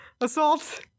assault